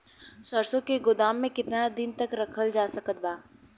सरसों के गोदाम में केतना दिन तक रखल जा सकत बा?